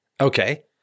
Okay